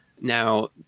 Now